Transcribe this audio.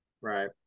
Right